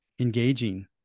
engaging